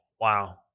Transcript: wow